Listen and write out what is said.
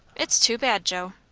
it's too bad, joe!